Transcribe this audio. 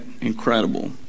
incredible